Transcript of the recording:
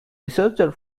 researcher